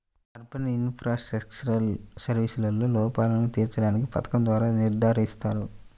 urban infrastructural సర్వీసెస్లో లోపాలను తీర్చడానికి పథకం ద్వారా నిర్ధారిస్తారు